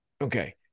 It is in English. okay